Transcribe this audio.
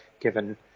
given